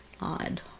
Odd